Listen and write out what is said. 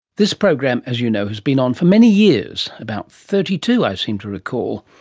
this program, as you know, has been on for many years about thirty-two i seem to recall.